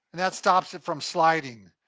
that stops it from sliding.